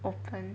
open